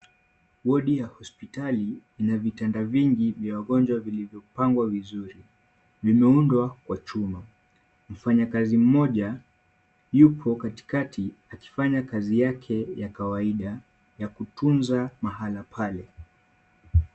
Wodi ya hospitali ina vitanda vingi ya wagonjwa vilivyopangwa vizuri ,vimeundwa kwa chuma. Mfanyikazi mmoja yupo katikati akifanya kazi yake ya kawaida ya kutunza mahala pale.